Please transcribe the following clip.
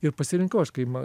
ir pasirinkau aš kai ma